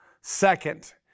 second